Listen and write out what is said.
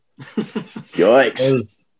Yikes